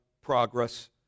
progress